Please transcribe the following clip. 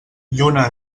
lluna